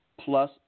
plus